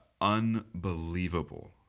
Unbelievable